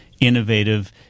innovative